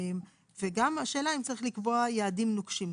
בנוסף, השאלה היא אם צריך לקבוע יעדים נוקשים.